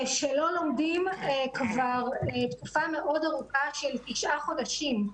שלא לומדים כבר תקופה מאוד ארוכה של תשעה חודשים.